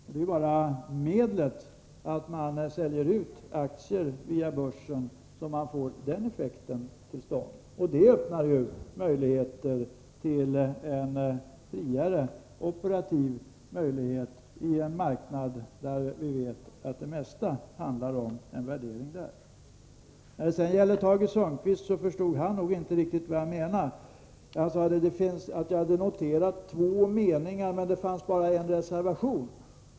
Det är bara genom att sälja ut aktier via börsen som man får den effekten, och det öppnar ju möjligheter till en friare operativ verksamhet i en marknad där vi vet att det mesta handlar om en värdering där. Tage Sundkvist förstod nog inte riktigt vad jag menade. Han sade att jag hade noterat att det fanns två meningar men bara en reservation.